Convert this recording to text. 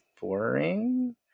boring